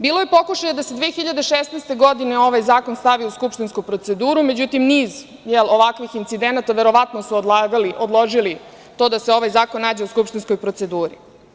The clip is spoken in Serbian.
Bilo je pokušaja da se 2016. godine ovaj zakon stavi u skupštinsku proceduru, međutim, niz ovakvih incidenata verovatno su odložili to da se ovaj zakon nađe u skupštinskoj proceduri.